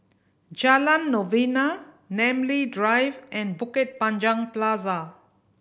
Jalan Novena Namly Drive and Bukit Panjang Plaza